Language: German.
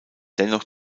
dennoch